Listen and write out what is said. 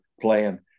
playing